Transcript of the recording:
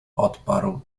odparł